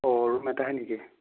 অঁ ৰুম এটাহে নেকি